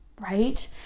right